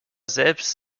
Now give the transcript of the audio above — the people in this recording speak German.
selbst